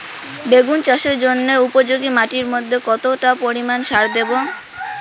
বেগুন চাষের জন্য উপযোগী মাটির মধ্যে কতটা পরিমান সার দেব?